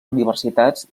universitats